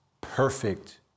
perfect